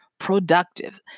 productive